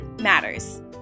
matters